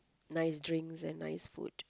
nice drinks and nice food